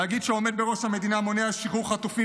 להגיד שהעומד בראש המדינה מונע שחרור חטופים